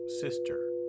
sister